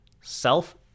self